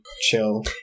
chill